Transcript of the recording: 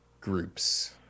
groups